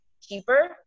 cheaper